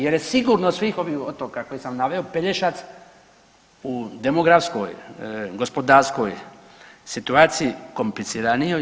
Jer je sigurno od svih ovih otoka koje sam naveo Pelješac u demografskoj, gospodarskoj situaciji kompliciraniji.